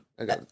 Okay